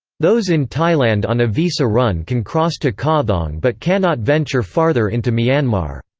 those in thailand on a visa run can cross to kawthaung but cannot venture farther into myanmar.